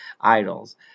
idols